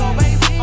baby